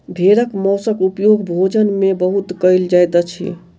भेड़क मौंसक उपयोग भोजन में बहुत कयल जाइत अछि